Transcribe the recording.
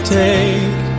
take